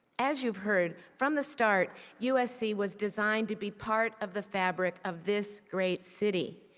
as you have heard, from the start, usc was designed to be part of the fabric of this great city.